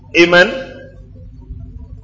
Amen